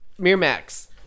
Miramax